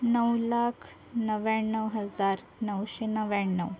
नऊ लाख नव्याण्णव हजार नऊशे नव्याण्णव